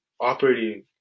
operating